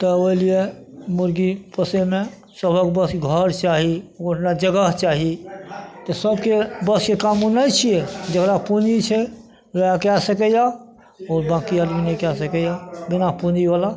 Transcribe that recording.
तऽ ओहि लिये मुर्गी पोसैमे सबहक बस घर चाही ओहिठाम जगह चाही तऽ सबके बसके ओ काम नहि छियै जेकरा पूँजी छै वएह कऽ सकैया ओ बाँकी आदमी नहि कए सकैया बिना पूँजी बला